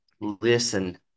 listen